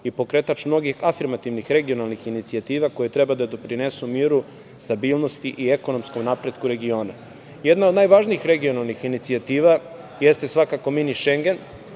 i pokretač mnogih afirmativnih regionalnih inicijativa koje treba da doprinesu miru, stabilnosti i ekonomskom napretku regiona. Jedna od najvažnijih regionalnih inicijativa jeste svakako mini Šengen,